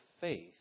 faith